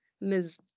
Ms